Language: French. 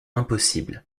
impossible